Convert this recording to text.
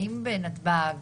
האם בנתב"ג